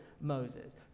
Moses